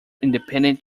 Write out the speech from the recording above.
independent